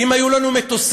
אם היו לנו מטוסים,